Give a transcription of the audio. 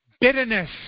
bitterness